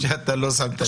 טוב שלא שמת לב.